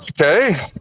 okay